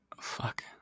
Fuck